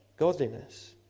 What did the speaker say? godliness